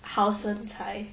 好身材